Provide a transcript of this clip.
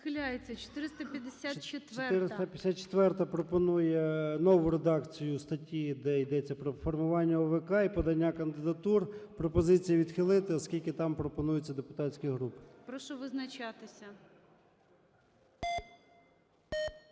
ЧЕРНЕНКО О.М. 454-а пропонує нову редакцію статті, де йдеться про формування ОВК і подання кандидатур. Пропозиція відхилити, оскільки там пропонується депутатські групи. ГОЛОВУЮЧИЙ. Прошу визначатися.